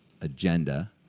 agenda